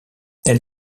elle